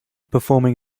performing